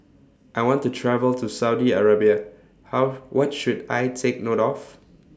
I want to travel to Saudi Arabia How What should I Take note of